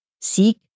seek